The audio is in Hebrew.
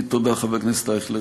תודה, חבר הכנסת אייכלר.